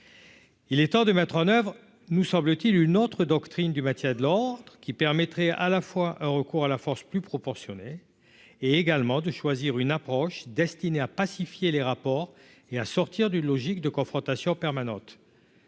Il est temps de mettre en oeuvre, nous semble-t-il, une autre doctrine du Mathias de l'Ordre qui permettrait à la fois un recours à la force plus proportionnée et également de choisir une approche destinée à pacifier les rapports et à sortir d'une logique de confrontation permanente.